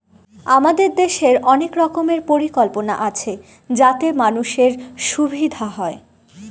আমাদের দেশের অনেক রকমের পরিকল্পনা আছে যাতে মানুষের সুবিধা হয়